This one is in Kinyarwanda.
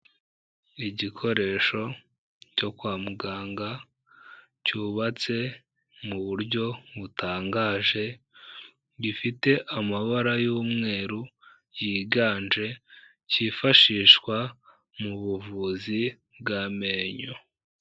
Igikoresho cyo kwa muganga, cyubatse mu buryo butangaje, gifite amabara y'umweru yiganje, cyifashishwa mu buvuzi bw'amenyo.